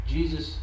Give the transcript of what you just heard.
Jesus